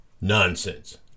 nonsense